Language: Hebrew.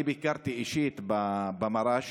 אני ביקרתי אישית במר"ש.